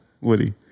Woody